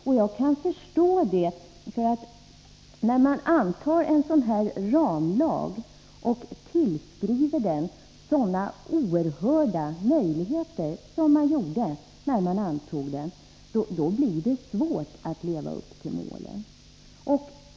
Och jag kan förstå det, för när man antar en ramlag och tillskriver den sådana oerhörda möjligheter som man gjorde när den här lagen antogs, då blir det svårt att leva upp till målen.